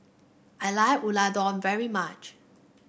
I like Unadon very much